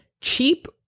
cheap